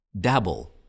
dabble